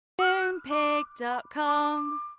Moonpig.com